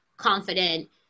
confident